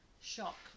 shock